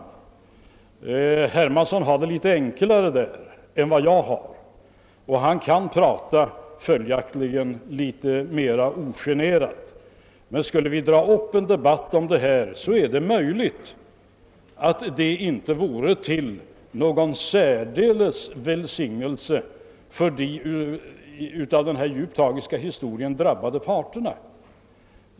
Herr Hermansson har det litet lättare härvidlag än vad jag har, och han kan följaktligen prata litet mera ogenerat. Men om vi skulle dra upp en debatt om detta, är det möjligt att det inte skulle vara till någon särdeles stor välsignelse för de av denna djupt tragiska historia drabbade parterna.